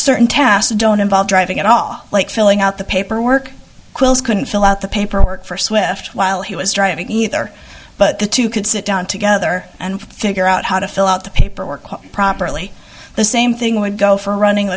certain tasks don't involve driving at all like filling out the paperwork quiz couldn't fill out the paperwork for swift while he was driving either but the two could sit down together and figure out how to fill out the paperwork properly the same thing would go for running